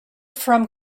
from